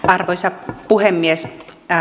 arvoisa puhemies